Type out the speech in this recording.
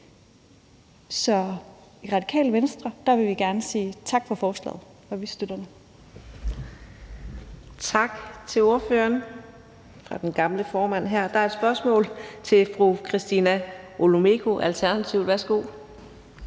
Så i Radikale Venstre vil vi gerne sige tak for forslaget, og vi støtter det. Kl. 15:30 Fjerde næstformand (Karina Adsbøl): Tak til ordføreren. Der er et spørgsmål fra fru Christina Olumeko, Alternativet. Værsgo.